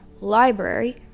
Library